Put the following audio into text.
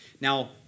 Now